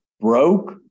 broke